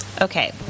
Okay